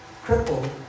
crippled